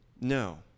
no